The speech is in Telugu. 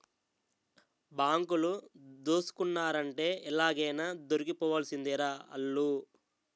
బాంకులు దోసుకున్నారంటే ఎలాగైనా దొరికిపోవాల్సిందేరా ఆల్లు